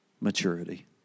maturity